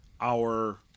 our-